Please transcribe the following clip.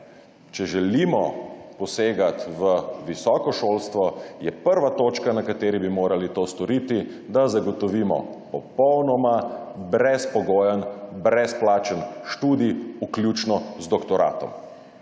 Če želimo posegati v visoko šolstvo, je prva točka, na kateri bi morali to storiti, zagotovitev popolnoma brezpogojno brezplačnega študija, vključno z doktoratom.